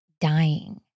dying